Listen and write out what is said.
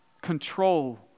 control